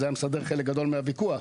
זה היה מסדר חלק גדול מהוויכוח.